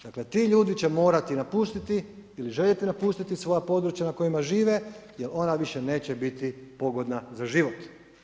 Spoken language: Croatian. Dakle, ti ljudi će morati napustiti ili željeti napustiti svoja područja na kojima žive jel ona više neće biti pogodna za život.